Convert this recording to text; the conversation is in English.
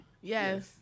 yes